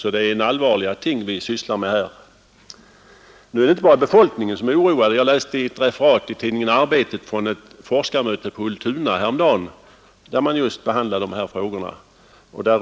Detta är alltså en allvarlig fråga. Det är heller inte bara befolkningen som är oroad. I tidningen Arbetet finns ett referat från ett forskarmöte på Ultuna häromdagen, där just dessa frågor behandlades.